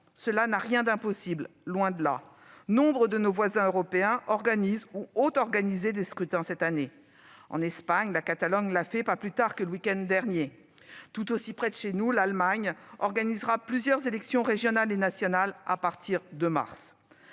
Cela n'a rien d'impossible, loin de là : nombre de nos voisins européens organisent ou ont organisé des scrutins cette année. Nous avons pu l'observer en Catalogne, pas plus tard que le week-end dernier. Tout aussi près de chez nous, l'Allemagne organisera plusieurs élections régionales et nationales à partir du mois